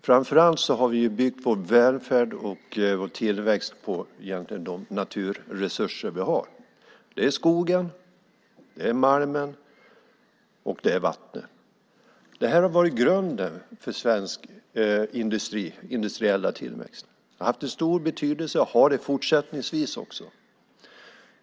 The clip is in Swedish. Framför allt har vi byggt vår välfärd och vår tillväxt på de naturresurser vi har. Det är skogen, malmen och vattnet. De har varit grunden för Sveriges industriella tillväxt, och de har också fortsättningsvis stor betydelse.